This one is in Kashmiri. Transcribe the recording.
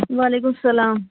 وعلیکُم اَسلام